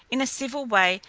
in a civil way.